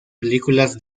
películas